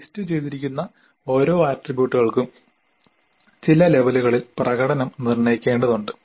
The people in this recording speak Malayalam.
ലിസ്റ്റുചെയ്തിരിക്കുന്ന ഓരോ ആട്രിബ്യൂട്ടുകൾക്കും ചില ലെവലുകളിൽ പ്രകടനം നിർണ്ണയിക്കേണ്ടതുണ്ട്